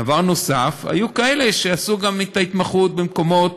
דבר נוסף, היו כאלה שעשו את ההתמחות במקומות